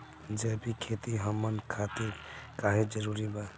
जैविक खेती हमन खातिर काहे जरूरी बा?